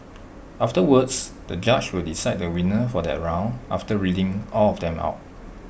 afterwards the judge will decide the winner for that round after reading all of them out